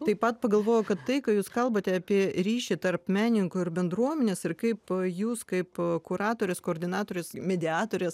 taip pat pagalvojau kad tai ką jūs kalbate apie ryšį tarp menininko ir bendruomenės ir kaip jūs kaip kuratorės koordinatorės mediatorės